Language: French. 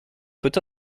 peut